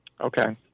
Okay